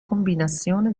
combinazione